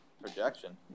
Projection